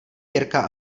jirka